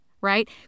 Right